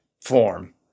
form